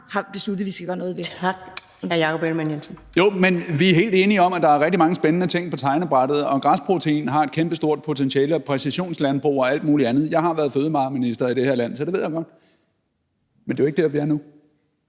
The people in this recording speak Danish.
Jakob Ellemann-Jensen. Kl. 14:38 Jakob Ellemann-Jensen (V): Jo. Vi er helt enige om, at der er rigtig mange spændende ting på tegnebrættet, og at græsprotein har et kæmpestort potentiale, og præcisionslandbrug og alt mulig andet. Jeg har været fødevareminister i det her land, så det ved jeg godt. Men det er jo ikke der, vi er nu.